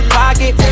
pocket